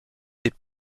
des